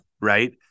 right